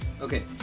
Okay